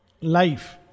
Life